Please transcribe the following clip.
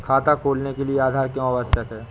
खाता खोलने के लिए आधार क्यो आवश्यक है?